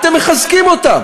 אתם מחזקים אותם,